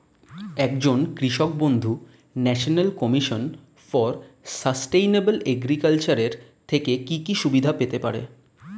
একজন কৃষক বন্ধু national commission for sustainable agriculture এর থেকে কি কি সুবিধা পেতে পারে?